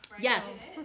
Yes